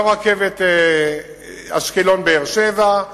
לא רכבת אשקלון באר-שבע,